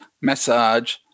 massage